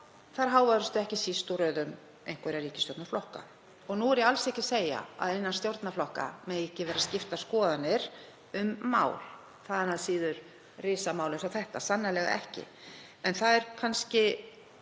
þær háværustu voru ekki síst úr röðum einhverra ríkisstjórnarflokka. Nú er ég alls ekki að segja að innan stjórnarflokka megi ekki vera skiptar skoðanir um mál, þaðan af síður risamál eins og þetta, sannarlega ekki. En það eru kannski